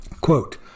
Quote